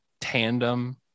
tandem